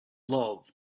love